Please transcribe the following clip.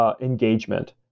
engagement